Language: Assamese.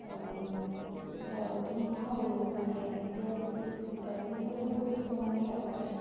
ধুমুহা বৰষুণ আহে তেতিয়া যদি গুছি যায় তেনেহ'লে বহুত সময়ে আমাৰ